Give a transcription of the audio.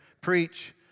preach